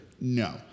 No